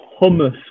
hummus